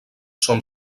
són